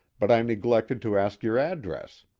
but i neglected to ask your address